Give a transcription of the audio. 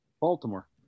baltimore